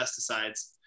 pesticides